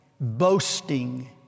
boasting